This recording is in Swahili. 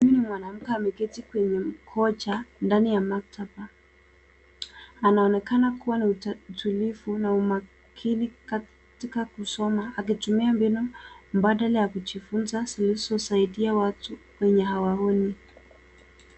Huyu ni mwanamke ameketi kwenye kocha ndani ya maktaba. Anaonekana kuwa na utulivu na umakini katika kusoma akitumia mbinu badala ya kujifunza kuhusu kusaidia watu wenye hawaoni.